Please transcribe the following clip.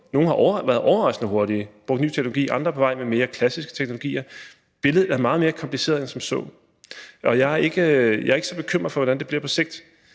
nogle har været overraskende hurtige, nogle har brugt ny teknologi, andre er på vej med mere klassiske teknologier. Billedet er meget mere kompliceret end som så. Jeg er ikke så bekymret for, hvordan det bliver på sigt.